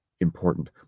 Important